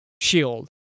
shield